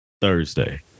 Thursday